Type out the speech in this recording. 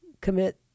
commit